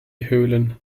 höhlen